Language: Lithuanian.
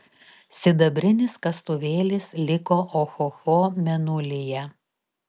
sidabrinis kastuvėlis liko ohoho mėnulyje